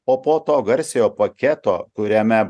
o po to garsiojo paketo kuriame